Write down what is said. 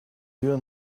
you